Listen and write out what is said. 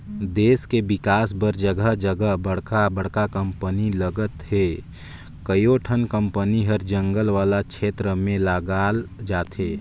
देस के बिकास बर जघा जघा बड़का बड़का कंपनी लगत हे, कयोठन कंपनी हर जंगल वाला छेत्र में लगाल जाथे